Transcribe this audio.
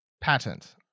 Patent